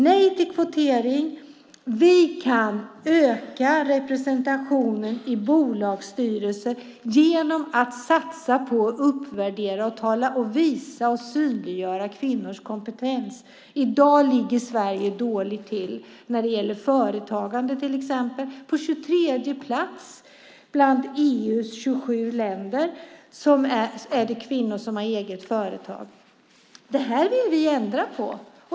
Nej till kvotering! Vi kan öka representationen i bolagsstyrelser genom att satsa på, uppvärdera, visa och synliggöra kvinnors kompetens. I dag ligger Sverige dåligt till när det gäller kvinnors företagande, på 23:e plats bland EU:s 27 länder. Det här vill vi ändra på.